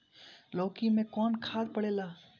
लौकी में कौन खाद पड़ेला?